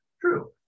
True